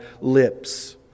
lips